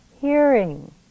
hearing